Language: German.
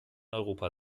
europa